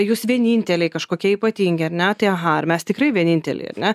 jūs vieninteliai kažkokie ypatingi ar ne tai aha mes tikrai vieninteliai ar ne